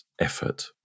effort